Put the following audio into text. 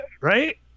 right